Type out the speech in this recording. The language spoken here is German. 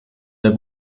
der